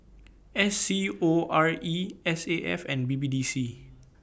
S C O R E S A F and B B D C